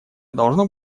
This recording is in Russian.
должно